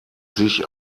sich